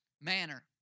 manner